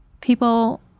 people